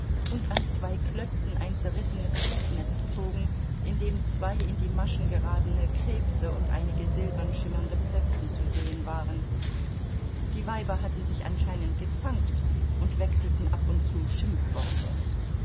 und an zwei klötzen ein zerrissenes schleppnetz zogen in dem zwei in die maschen geratene krebse und einige silbern schimmernde plötzen zu sehen waren die weiber hatten sich anscheinend gezankt und wechselten ab und zu schimpfworte